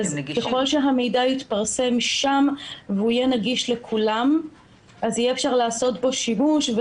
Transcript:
ככל שהמידע יתפרסם שם ויהיה נגיש לכולם אז יהיה אפשר לעשות בו שימוש.